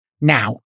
now